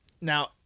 Now